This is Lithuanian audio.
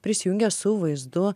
prisijungia su vaizdu